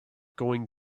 going